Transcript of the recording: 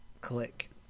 Click